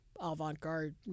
avant-garde